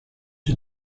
you